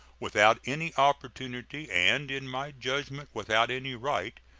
without any opportunity, and, in my judgment, without any right,